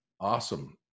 awesome